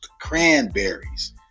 cranberries